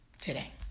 Today